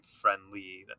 friendly